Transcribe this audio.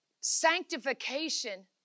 Sanctification